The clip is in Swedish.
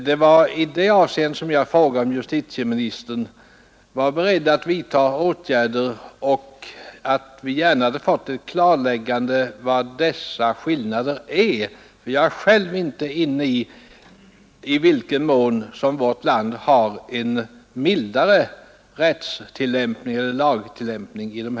Det var med anledning därav som jag frågade om justitieministern var beredd att vidta några åtgärder, och jag hade gärna velat få ett klarläggande av vari dessa skillnader består. Jag känner nämligen inte själv till i vilken mån vårt land har en mildare lagtillämpning i dessa avseenden.